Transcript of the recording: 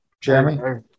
Jeremy